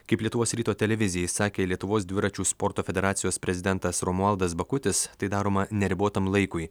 kaip lietuvos ryto televizijai sakė lietuvos dviračių sporto federacijos prezidentas romualdas bakutis tai daroma neribotam laikui